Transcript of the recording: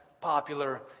popular